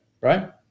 right